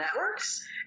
networks